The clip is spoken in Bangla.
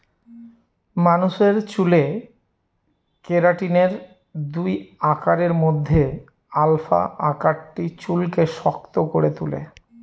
মানুষের চুলে কেরাটিনের দুই আকারের মধ্যে আলফা আকারটি চুলকে শক্ত করে তুলে